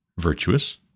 Virtuous